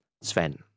Sven